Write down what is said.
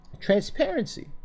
transparency